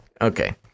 Okay